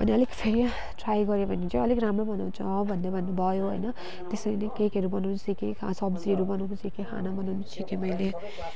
अनि अलिक फेरि ट्राई गऱ्यो भने चाहिँ अलिक राम्रै बनाउँछ भन्दै भन्नु भयो होइन त्यसरी नै केकहरू बनाउनु सिकेँ सब्जीहरू बनाउनु सिकेँ खाना बनाउनु सिकेँ मैले